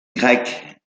diacritée